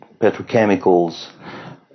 Petrochemicals